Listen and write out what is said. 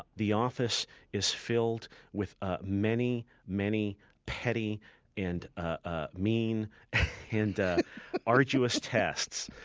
the office is filled with ah many, many petty and ah mean and arduous tests.